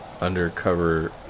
undercover